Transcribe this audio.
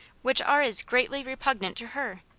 which are as greatly repugnant to her.